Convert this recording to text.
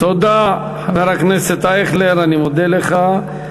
תודה, חבר הכנסת אייכלר, אני מודה לך.